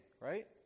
right